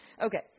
okay